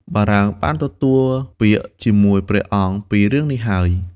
បារាំងបានទទួលពាក្យ ជាមួយ ព្រះអង្គពីរឿងនេះហើយ។